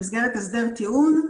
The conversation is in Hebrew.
במסגרת הסדר טיעון,